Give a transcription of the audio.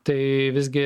tai visgi